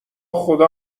خدا